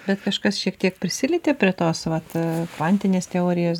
bet kažkas šiek tiek prisilietė prie tos vat kvantinės teorijos